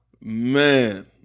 Man